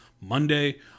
Monday